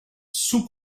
sous